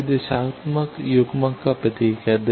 अब यह दिशात्मक युग्मक का प्रतीक है